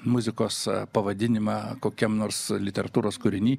muzikos pavadinimą kokiam nors literatūros kūriny